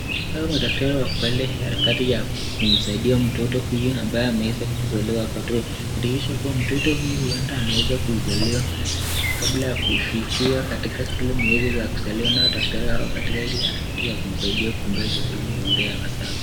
Hawa madaktari wako katika ile harakati ya kumsaidia mtoto huyu ambaye ameweza kuizaliwa, huenda kuwa mtoto huyu ameweza kuizaliwa kabla ya kufikia katika zile miezi za kuizaliwa, naona daktari ako katika ile harakati ya kumsaidia kumpea chakula ipasavyo.